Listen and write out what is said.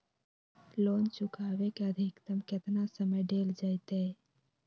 Loan चुकाबे के अधिकतम केतना समय डेल जयते?